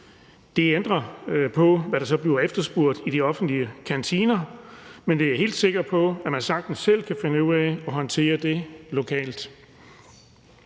det ændrer på, hvad der så bliver efterspurgt i de offentlige kantiner. Men jeg er helt sikker på, at man sagtens selv kan finde ud af at håndtere det lokalt.